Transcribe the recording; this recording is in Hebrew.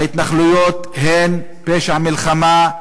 ההתנחלויות הן פשע מלחמה,